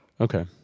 Okay